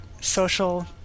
social